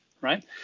right